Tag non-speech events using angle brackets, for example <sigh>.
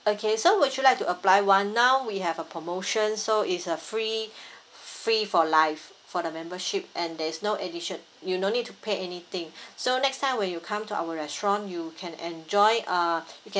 okay so would you like to apply one now we have a promotion so it's a free free for life for the membership and there is no addition you no need to pay anything <breath> so next time when you come to our restaurant you can enjoy uh